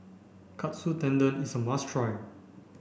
Katsu Tendon is a must try